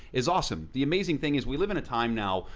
is awesome. the amazing thing is, we live in a time now,